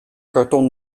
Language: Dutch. karton